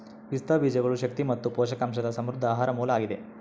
ಪಿಸ್ತಾ ಬೀಜಗಳು ಶಕ್ತಿ ಮತ್ತು ಪೋಷಕಾಂಶದ ಸಮೃದ್ಧ ಆಹಾರ ಮೂಲ ಆಗಿದೆ